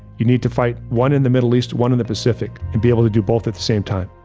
you need to fight one in the middle east, one in the pacific, and be able to do both at the same time.